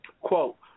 Quote